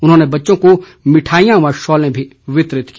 उन्होंने बच्चों को मिठाईयां व शॉलें भी वितरित की